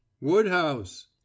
Woodhouse